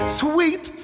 sweet